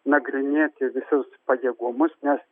nagrinėti visus pajėgumus nes